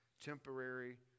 temporary